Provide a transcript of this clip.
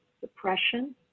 depression